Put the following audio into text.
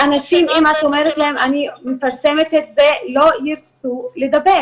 אם אני מפרסמת את זה אנשים לא ירצו לדבר,